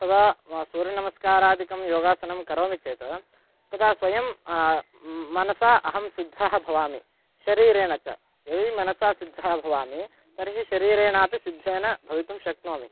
तदा म सूर्यनमस्कारादिकं योगासनं करोमि चेत् तदा स्वयं मनसा अहं सिद्धः भवामि शरीरेण च यदि मनसा सिद्धः भवामि तर्हि शरीरेणापि सिद्धेन भवितुं शक्नोमि